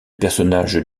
personnage